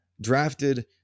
Drafted